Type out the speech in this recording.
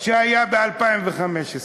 שהיה ב-2015.